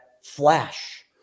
flash